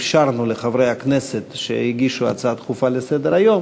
אפשרנו לחברי הכנסת שהגישו הצעה דחופה לסדר-היום